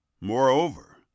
moreover